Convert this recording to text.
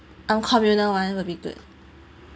um communal one will be good